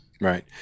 right